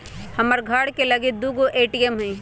हमर घर के लगे दू गो ए.टी.एम हइ